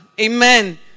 Amen